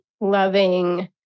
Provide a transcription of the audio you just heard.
loving